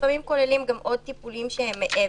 לפעמים כוללים גם עוד טיפולים שהם מעבר.